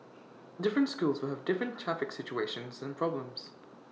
different schools will have different traffic situations and problems